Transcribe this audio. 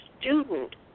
student